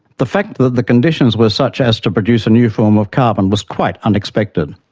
the fact that the conditions were such as to produce a new form of carbon was quite unexpected.